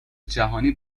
جهانی